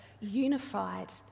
unified